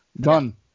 Done